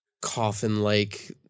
coffin-like